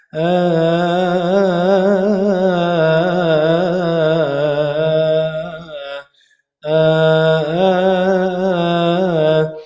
ah a a